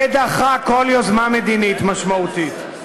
ודחה כל יוזמה מדינית משמעותית.